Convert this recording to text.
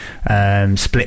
Split